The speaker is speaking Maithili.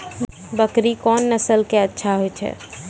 बकरी कोन नस्ल के अच्छा होय छै?